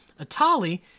Atali